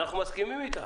אנחנו מסכים אתך,